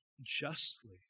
justly